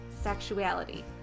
sexuality